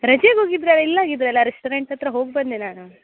ರಜೆಗೆ ಹೋಗಿದ್ರಲ್ಲ ಇಲ್ಲಾಗಿದ್ರಲ್ಲ ರೆಸ್ಟೋರೆಂಟ್ ಹತ್ತಿರ ಹೋಗಿ ಬಂದೆ ನಾನು